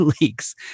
leaks